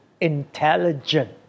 intelligent